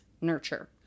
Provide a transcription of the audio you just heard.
nurture